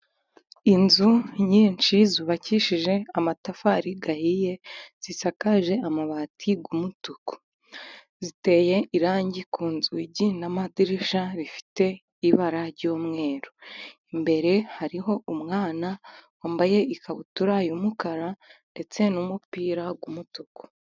Inzu nyinshi zubakishije amatafari ahiye, zisakaje amabati y'umutuku, ziteye irangi ku nzugi n'amadirisha rifite ibara ry'umweru, imbere hariho umwana wambaye ikabutura y'umukara ndetse n'umupira w'umutuku.